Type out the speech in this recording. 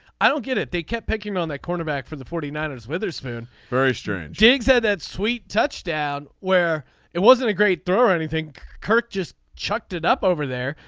i don't get it. they kept picking on that cornerback for the forty nine ers witherspoon very stern. jake had that sweet touchdown where it wasn't a great throw or anything. kirk just chucked it up over there.